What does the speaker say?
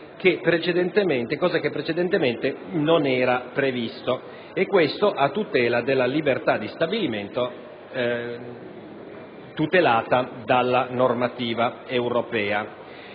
che precedentemente non era prevista, e questo a tutela della libertà di stabilimento assicurata dalla normativa europea.